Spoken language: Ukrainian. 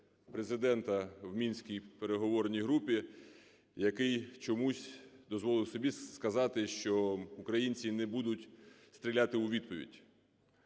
Президента в мінській переговорній групі, який чомусь дозволив собі сказати, що українці не будуть стріляти у відповідь.